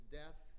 death